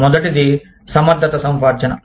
మొదటిది సమర్థత సముపార్జన